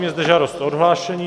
Je zde žádost o odhlášení.